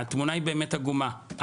התמונה היא באמת עגומה.